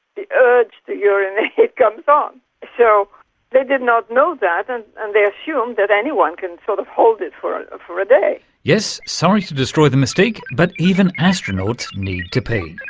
the urge to urinate comes um so they did not know that and and they assumed that anyone can sort of hold it for ah for a day. yes, sorry to destroy the mystic, but even astronauts need to pee!